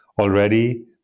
already